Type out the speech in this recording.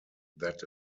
that